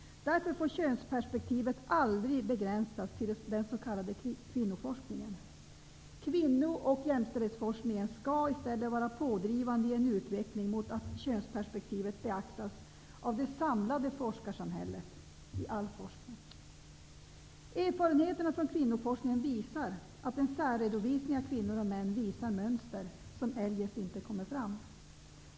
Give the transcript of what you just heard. Därför får könsperspektivet aldrig begränsas till den s.k. kvinnoforskningen. Kvinno och jämställdhetsforskningen skall i stället vara pådrivande i en utveckling mot att könsperspektivet beaktas av det samlade forskarsamhället. Det gäller i all forskning. Erfarenheterna från kvinnoforskningen ger vid handen att en särredovisning av kvinnor och män visar på mönster som eljest inte kommer fram.